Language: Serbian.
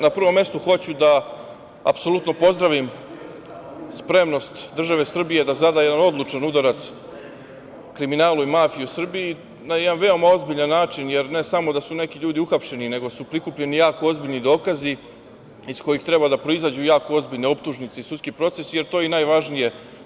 Na prvom mestu hoću da apsolutno pozdravim spremnost države Srbije da zada jedan odlučan udarac kriminalu i mafiji u Srbiji na jedan veoma ozbiljan način, jer ne samo da su neki ljudi uhapšeni nego su prikupljeni jako ozbiljni dokazi iz kojih treba da proizađu jako ozbiljne optužnice i sudski proces, jer to je najvažnije.